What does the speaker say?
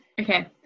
Okay